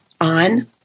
on